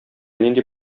нинди